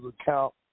account